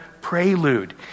prelude